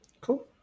Cool